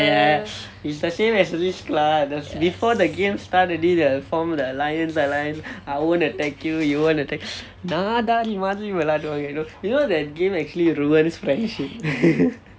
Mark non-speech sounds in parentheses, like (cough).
!aiya! it's the same as a risk lah before the game start already the they form the alliance alliance I won't attack you you won't attack நாதாரி மாதிரி விளையாடுவாங்க:naathari maathiri vilayaaduvaanga you know you know that game actually ruins my friendship (laughs)